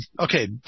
okay